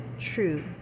true